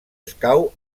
escau